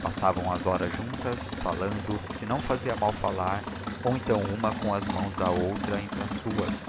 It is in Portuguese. passavam as horas juntas falando se não fazia mal falar ou então uma com as mãos da outra entre as suas